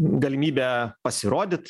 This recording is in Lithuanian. galimybė pasirodyt